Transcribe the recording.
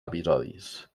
episodis